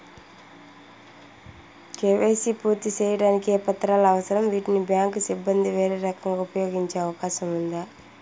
KYC పూర్తి సేయడానికి ఏ పత్రాలు అవసరం, వీటిని బ్యాంకు సిబ్బంది వేరే రకంగా ఉపయోగించే అవకాశం ఉందా?